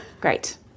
Great